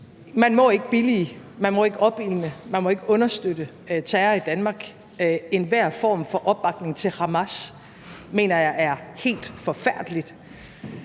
Man må ikke billige, man må ikke opildne til, og man må ikke understøtte terror i Danmark. Enhver form for opbakning til Hamas mener jeg er helt forfærdelig.